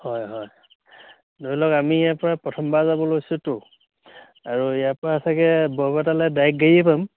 হয় হয় ধৰি লওক আমি ইয়াৰ পৰা প্ৰথমবাৰ যাব লৈছোঁতো আৰু ইয়াৰ পৰা চাগে বৰপেটালে ডাইৰেক্ট গাড়ীয়ে পাম